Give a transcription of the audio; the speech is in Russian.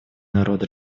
народ